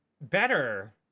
better